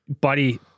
buddy